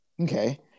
Okay